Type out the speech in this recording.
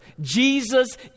Jesus